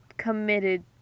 Committed